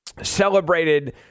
celebrated